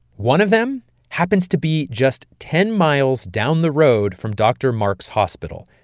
one of them happens to be just ten miles down the road from dr. mark's hospital.